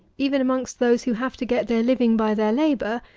even amongst those who have to get their living by their labour,